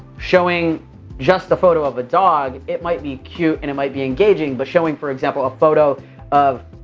showing just the photo of a dog, it might be cute and it might be engaging, but showing, for example, a photo of,